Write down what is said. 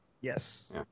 Yes